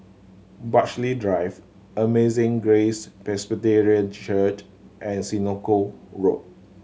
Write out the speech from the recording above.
Burghley Drive Amazing Grace Presbyterian Church and Senoko Road